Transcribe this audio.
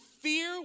fear